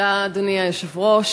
אדוני היושב-ראש,